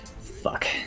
Fuck